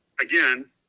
again